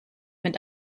mit